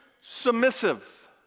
submissive